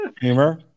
Humor